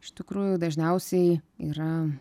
iš tikrųjų dažniausiai yra